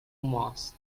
moss